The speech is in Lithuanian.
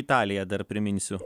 italiją dar priminsiu